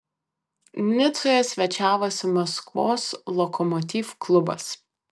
nicoje svečiavosi maskvos lokomotiv klubas